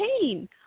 pain